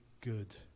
good